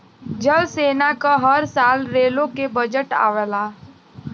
जल सेना क हर साल रेलो के बजट आवला